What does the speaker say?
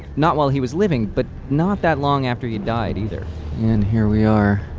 not while he was living, but not that long after he died either. and here we are,